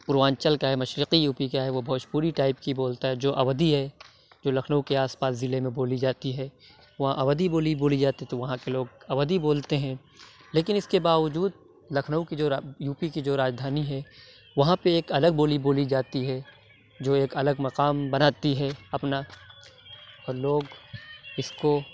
اُروانچل کا ہے مشرقی یو پی کا ہے وہ بھوج پوری ٹائپ کی بولتا ہے جو اَودھی ہے جو لکھنؤ کے آس پاس ضلع میں بولی جاتی ہے وہاں اَودھی بولی بولی جاتی ہے تو وہاں کے لوگ اَودھی بولتے ہیں لیکن اِس کے باوجود لکھنؤ کی جو راج یو پی کی جو راجدھانی ہے وہاں پہ ایک الگ بولی بولی جاتی ہے جو ایک الگ مقام بناتی ہے اپنا اور لوگ اِس کو